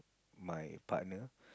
my partner